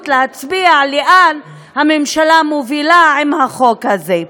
להצביע לאן הממשלה מובילה עם החוק הזה.